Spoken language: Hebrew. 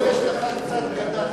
אני חושב שיש לך קצת קדחת,